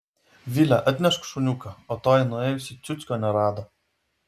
vile atnešk šuniuką o toji nuėjusi ciuckio nerado